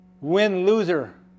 win-loser